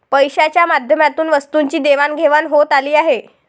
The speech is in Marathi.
पैशाच्या माध्यमातून वस्तूंची देवाणघेवाण होत आली आहे